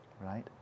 right